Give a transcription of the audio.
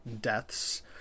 deaths